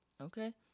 Okay